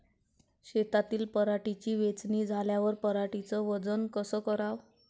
शेतातील पराटीची वेचनी झाल्यावर पराटीचं वजन कस कराव?